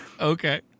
Okay